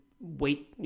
wait